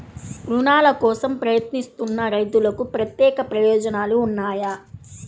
రుణాల కోసం ప్రయత్నిస్తున్న రైతులకు ప్రత్యేక ప్రయోజనాలు ఉన్నాయా?